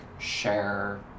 share